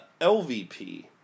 LVP